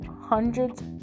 hundreds